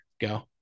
Go